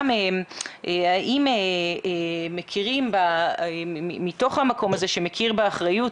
גם האם מכירים מתוך המקום הזה שמכיר באחריות